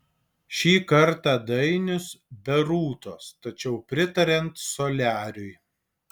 šį kartą dainius be rūtos tačiau pritariant soliariui